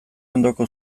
ondoko